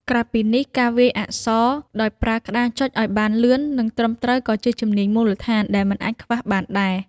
ក្រៅពីនេះ ការវាយអក្សរ ដោយប្រើក្តារចុចឱ្យបានលឿននិងត្រឹមត្រូវក៏ជាជំនាញមូលដ្ឋានដែលមិនអាចខ្វះបានដែរ។